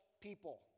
people